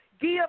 give